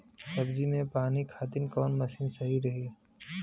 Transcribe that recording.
सब्जी में पानी खातिन कवन मशीन सही रही?